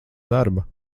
darba